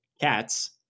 cats